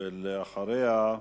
ואחריה,